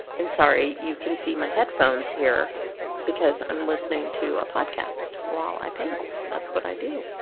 and sorry you can see my headphones here because i'm listening to a podcast while i paint and that's what i do!